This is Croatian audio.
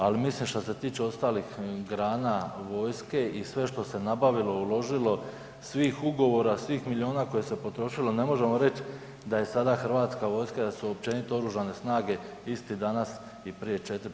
Ali mislim, što se tiče ostalih grana vojske i sve što se nabavilo, uložilo, svih ugovora, svih milijuna koji se potrošilo, ne možemo reći da je sada Hrvatska vojska, da su općenito Oružane snage iste danas i prije 4, 5 ili 6 godina.